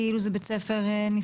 כאילו זה בית ספר נפרד?